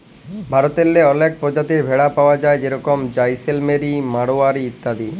ভারতেল্লে অলেক পরজাতির ভেড়া পাউয়া যায় যেরকম জাইসেলমেরি, মাড়োয়ারি ইত্যাদি